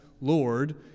Lord